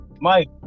Mike